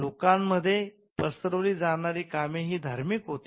लोकांमध्ये पसरवली जाणारी कामे ही धार्मिक होती